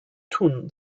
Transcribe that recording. tun